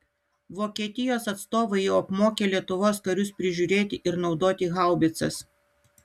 vokietijos atstovai jau apmokė lietuvos karius prižiūrėti ir naudoti haubicas